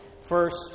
First